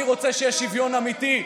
אני רוצה שיהיה שוויון אמיתי,